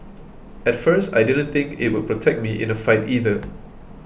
at first I didn't think it would protect me in a fight either